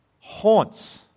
haunts